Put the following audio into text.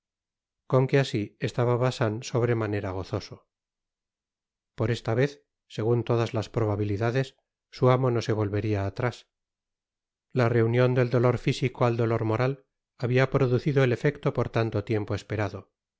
con qué asi estaba bacin sobre manera gozoso por esta vez segun todas las probabilidades su amo no se volveria a'rás la reunion del dolor fisico al dolor moral habia producido el efecio por tanto tiempo esperado